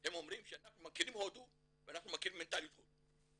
הם אומרים שאנחנו מכירים את הודו ואנחנו מכירים מנטליות הודו.